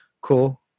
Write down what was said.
Cool